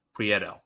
Prieto